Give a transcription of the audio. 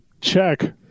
check